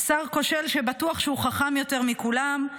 שר כושל שבטוח שהוא חכם יותר מכולם,